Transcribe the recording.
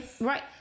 Right